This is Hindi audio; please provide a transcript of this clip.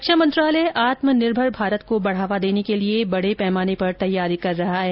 रक्षा मंत्रालय आत्मनिर्भर भारत को बढावा देने के लिए बडे पैमाने पर तैयारी कर रहा है